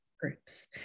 groups